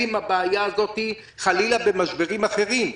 בבעיה הזאת גם במשברים אחרים חלילה,